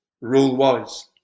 rule-wise